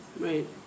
Right